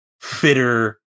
fitter